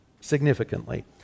significantly